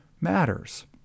matters